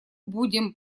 будем